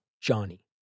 Johnny